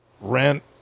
Rent